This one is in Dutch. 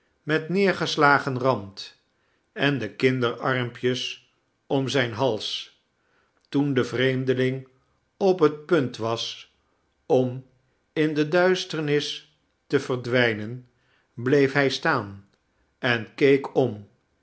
met neergeslagen rand en de kinderarmpjes om zijn hals toen de vreemdeling op het punt was om in de duisternis te verdwijnen bleef hij staan en keek om